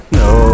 no